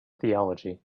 theology